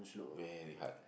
very hard